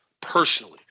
personally